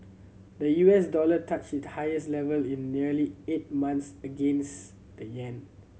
the U S dollar touched it highest level in nearly eight months against the yen